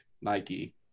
nike